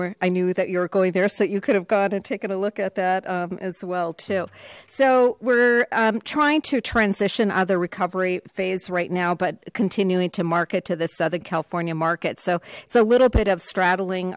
were i knew that you're going there so you could have got to take it a look at that as well too so we're trying to transition other recovery phase right now but continuing to market to the southern california market so it's a little bit of straddling